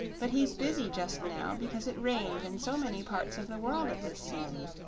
but he's busy just now because it rains in so many parts of the world at this season,